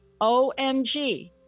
OMG